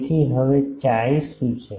તેથી હવે chi શું છે